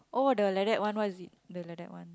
oh the like that one what is it the like that one